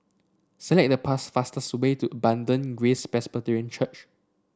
select the past fastest way to Abundant Grace Presbyterian Church